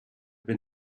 been